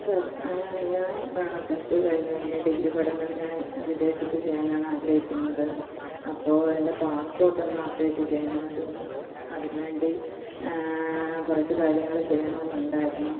sir ഞാൻ plus two കഴിഞ്ഞ് പിന്നെ ഡിഗ്രി പഠനം ഞാൻ വിദേശത്ത് ചെയ്യാനാണ് ആഗ്രഹിക്കുന്നത് അപ്പോൾ എൻ്റെ പാസ്പോർട്ട് ഒന്ന് അപ്പ്ഡേറ്റ് ചെയ്യണമായിരുന്നു അതിന് വേണ്ടി കുറച്ച് കാര്യങ്ങൾ ചെയ്യണമെന്നുണ്ടായിരുന്നു